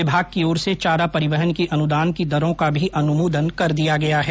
विभाग की ओर से चारा परिवहन की अनुदान की दरों का भी अनुमोदन कर दिया गया है